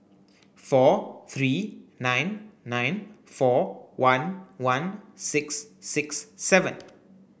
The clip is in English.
four three nine nine four one one six six seven